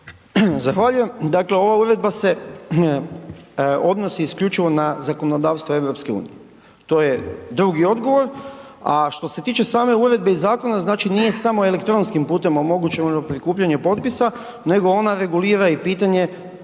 Zahvaljujem. Dakle ova uredba se odnosi isključivo na zakonodavstvo EU-a. To je drugi odgovor a što se tiče same uredbe i zakona, znači nije samo elektronskim putem omogućeno prikupljanje potpisa nego ona regulira i pitanje